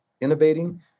innovating